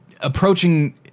approaching